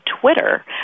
Twitter